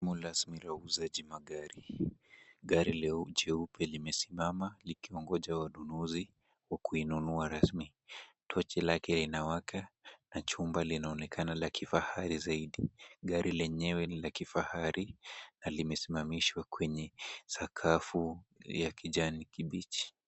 Eneo rasmi la uuzaji magari. Gari jeupe limesimama likiongoja wanunuzi wa kuinunua rasmi. Tochi lake linawaka na chumba linaonekana la kifahari zaidi. Gari lenyewe ni la kifahari na limesimamishwa kwenye sakafu ya kijani kibichi.